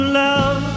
love